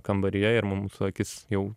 kambaryje ir mū mūsų akis jau